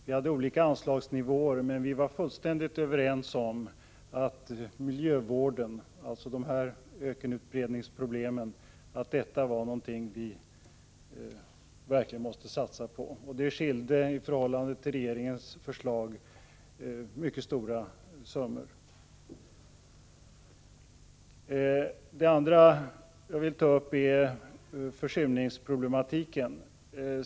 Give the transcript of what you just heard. Vi hade olika anslagsnivåer, men vi var fullständigt överens om att miljövården — ökenutbredningsproblemen — var någonting som vi verkligen måste satsa på. Det skilde mycket stora summor i förhållande till regeringens förslag. Det andra jag vill ta upp är försurningsproblematiken.